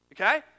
Okay